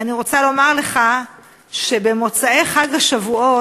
אני רוצה לומר לך שבמוצאי חג השבועות